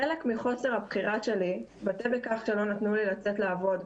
חלק מחוסר הבחירה שלי התבטא בכך שלא נתנו לי לצאת לעבוד,